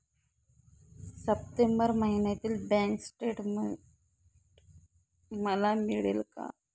September महिन्यातील bank statement मला मिळेल का?